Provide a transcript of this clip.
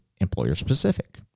employer-specific